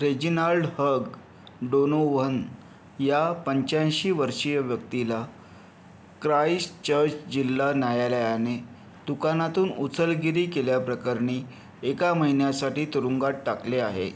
Reginald Hugh Donovan या पंच्याऐंशी वर्षीय व्यक्तीला क्राइस्टचर्च जिल्हा न्यायालयाने दुकानातून उचलगिरी केल्याप्रकरणी एका महिन्यासाठी तुरुंगात टाकले आहे